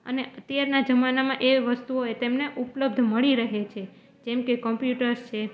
અને અત્યારના જમાનામાં એ વસ્તુઓએ તેમને ઉપલબ્ધ મળી રહે છે જેમકે કોમ્પ્યુટર્સ છે